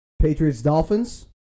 Patriots-Dolphins